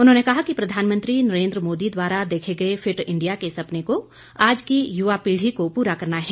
उन्होंने कहा कि प्रधानमंत्री नरेन्द्र मोदी द्वारा देखे गए फिट इंडिया के सपने को आज की युवा पीढ़ी को पूरा करना है